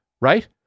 right